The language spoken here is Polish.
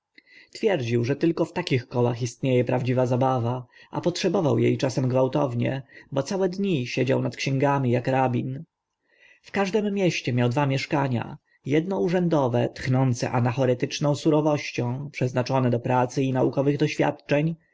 twierdził że tylko w takich kołach istnie e prawdziwa zabawa a potrzebował e czasem gwałtownie bo całe dni siedział nad księgami ak rabin w każdym mieście miał dwa mieszkania edno urzędowe tchnące anachoreczną surowością przeznaczone do pracy i naukowych doświadczeń